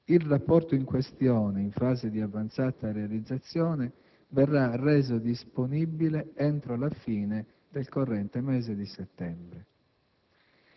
Il rapporto in questione, in fase di avanzata realizzazione, verrà reso disponibile entro la fine del corrente mese di settembre.